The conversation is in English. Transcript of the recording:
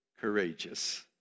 courageous